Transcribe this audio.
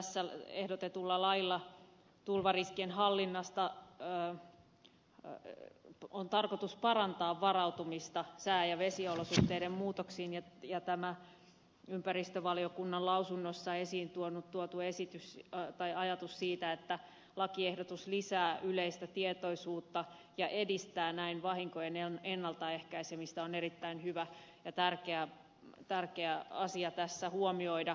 tässä ehdotetulla lailla tulvariskien hallinnasta on tarkoitus parantaa varautumista sää ja vesiolosuhteiden muutoksiin ja tämä ympäristövaliokunnan lausunnossa esiin tuotu ajatus siitä että lakiehdotus lisää yleistä tietoisuutta ja edistää näin vahinkojen ennaltaehkäisemistä on erittäin hyvä ja tärkeä asia tässä huomioida